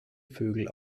vögel